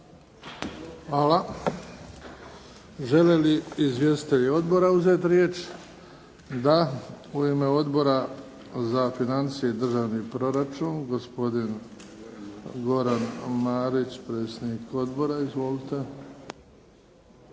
Hvala. Žele li izvjestitelji odbora uzeti riječ? Da. U ime Odbora za financije i državni proračun, gospodin Goran Marić, predsjednik Odbora. Izvolite.